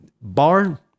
bar